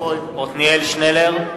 עתניאל שנלר,